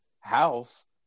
house